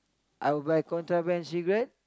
I will buy contraband cigarette